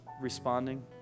responding